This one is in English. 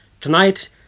Tonight